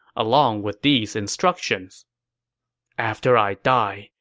along with these instructions after i die,